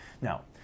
Now